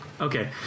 Okay